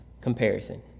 comparison